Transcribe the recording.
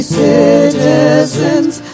citizens